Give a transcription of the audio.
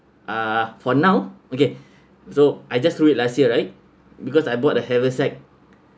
uh for now okay so I just threw it last year right because I bought the haversack